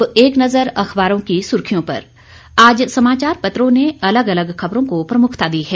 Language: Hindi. अब एक नजर अखबारों की सुर्खियों पर आज समाचार पत्रों ने अलग अलग खबरों को प्रमुखता दी है